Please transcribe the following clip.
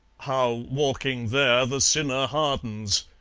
how walking there the sinner hardens,